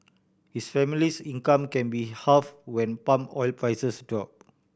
his family's income can be halve when palm oil prices drop